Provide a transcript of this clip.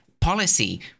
policy